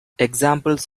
examples